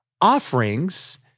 Offerings